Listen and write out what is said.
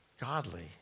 godly